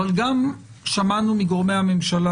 אבל גם שמענו מגורמי הממשלה,